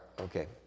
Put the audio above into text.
Okay